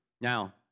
Now